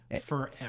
forever